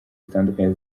zitandukanye